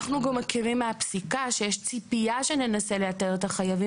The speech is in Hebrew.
אנחנו גם מכירים מהפסיקה שיש ציפייה שננסה לאתר את החייבים